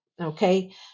Okay